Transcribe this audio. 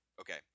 Okay